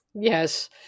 Yes